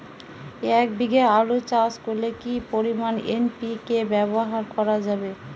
এক বিঘে আলু চাষ করলে কি পরিমাণ এন.পি.কে ব্যবহার করা যাবে?